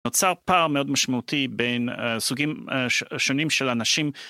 נוצר פער מאוד משמעותי בין סוגים שונים של אנשים